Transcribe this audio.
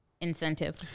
incentive